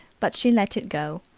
but she let it go.